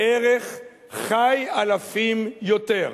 בערך ח"י אלפים יותר,